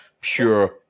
pure